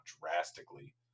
drastically